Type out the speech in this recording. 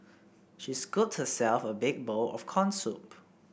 she scooped herself a big bowl of corn soup